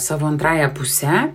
savo antrąja puse